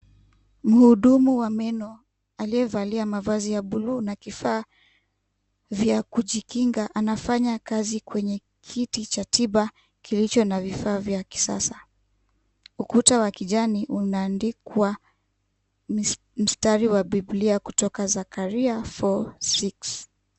Mhudumu wa meno aliyevalia mavazi ya buluu na kifaa vya kujikinga anafanya kazi kwenye kiti cha tiba kilicho na vifaa vya kisasa. Ukuta wa kijani unaadikwa mstari wa bibilia kutoka Zakaria 4:6 .